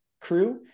crew